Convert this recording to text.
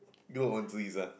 grow on trees ah